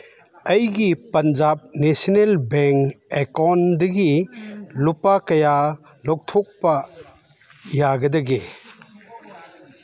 ꯑꯩꯒꯤ Punjab national bank ꯑꯦꯀꯥꯎꯟꯗꯒꯤ ꯂꯨꯄꯥ ꯀꯌꯥ ꯂꯧꯊꯣꯛꯄ ꯌꯥꯒꯗꯒꯦ